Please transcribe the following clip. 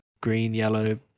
green-yellow